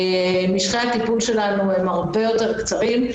משכי הטיפול שלנו הרבה יותר קצרים,